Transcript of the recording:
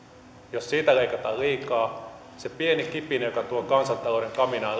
jos siitä leikataan liikaa se pieni kipinä joka tuo kansantalouden kamiinaan